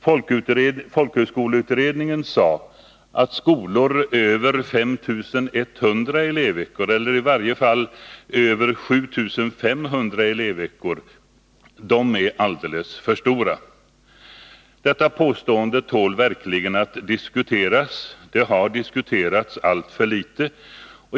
Folkhögskoleutredningen sade att skolor med mer än 5 100 elevveckor, eller i varje fall med mer än 7 500 elevveckor, är alldeles för stora. Detta påstående tål verkligen att diskuteras. Det har diskuterats alltför litet.